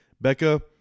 Becca